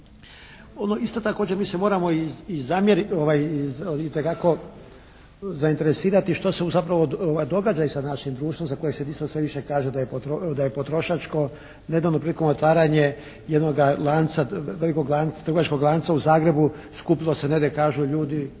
isto također mi se moramo itekako zainteresirati što se zapravo događa sa našim društvom za koje se nismo sve više, kaže da je potrošačko nedavno prilikom otvaranja jednoga lanca, dugačkog lanca u Zagrebu skupilo se negdje kažu ljudi,